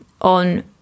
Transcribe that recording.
on